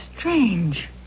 Strange